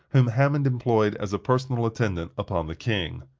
whom hammond employed as a personal attendant upon the king.